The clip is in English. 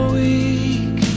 weak